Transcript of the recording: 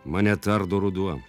mane tardo ruduo